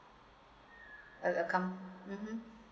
uh uh come mmhmm